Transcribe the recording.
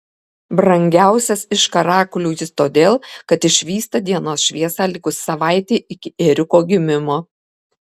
brangiausias iš karakulių jis todėl kad išvysta dienos šviesą likus savaitei iki ėriuko gimimo